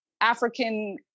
African